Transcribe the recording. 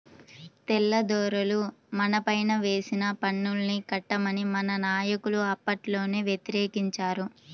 తెల్లదొరలు మనపైన వేసిన పన్నుల్ని కట్టమని మన నాయకులు అప్పట్లోనే వ్యతిరేకించారు